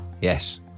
Yes